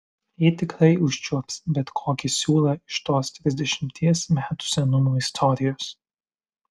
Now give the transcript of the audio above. ji tikrai užčiuops bet kokį siūlą iš tos trisdešimties metų senumo istorijos